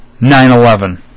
9-11